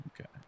Okay